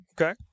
Okay